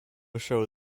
show